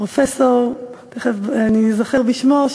פרופסור, ותכף אני אזכר בשמו,